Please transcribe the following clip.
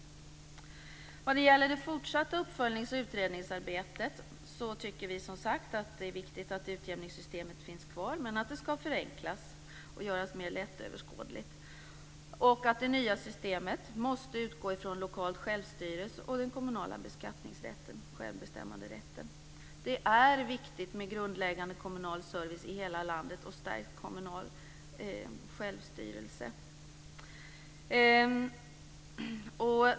Vad gäller det fortsatta uppföljnings och utredningsarbetet tycker vi, som sagt, att det är viktigt att utjämningssystemet finns kvar, men det skall förenklas och göras mer lättöverskådligt. Det nya systemet måste utgå från det lokala självstyret och den kommunala beskattningsrätten och självbestämmanderätten. Det är viktigt med grundläggande kommunal service i hela landet och stärkt kommunal självstyrelse.